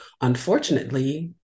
Unfortunately